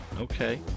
Okay